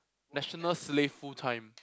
national slave full time